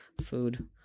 Food